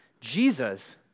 Jesus